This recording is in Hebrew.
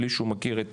בלי שהוא מכיר את